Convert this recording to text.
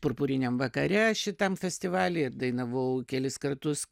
purpuriniam vakare šitam festivaly ir dainavau kelis kartus